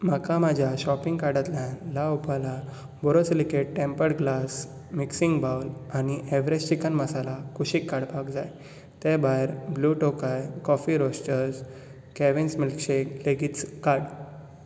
म्हाका म्हज्या शॉपिंग कार्टांतल्यान La Opala borosilicate tempered glass mixing bowl आनी एव्हरेस्ट चिकन मसाला कुशीक काडपाक जाय त्या भायर Blue Tokai coffee roaster Cavin's milkshake लेगीत काड